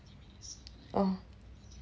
oh